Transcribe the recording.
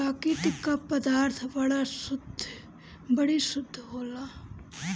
प्रकृति क पदार्थ बड़ी शुद्ध होला